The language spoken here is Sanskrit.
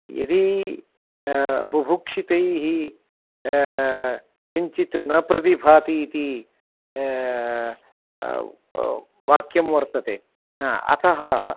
यदि बुभुक्षितैः किञ्चित् न प्रतिभाति इति वाक्यं वर्तते आ अतः